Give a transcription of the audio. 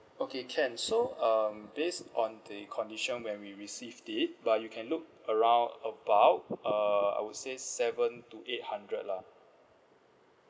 okay can so um based on the condition when we received it but you can look around about uh I would say seven to eight hundred lah